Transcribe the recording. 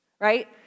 right